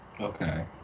Okay